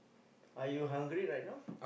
are you hungry right now